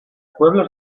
pueblos